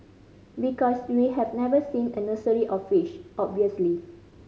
because we have never seen a nursery of fish obviously